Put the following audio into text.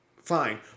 fine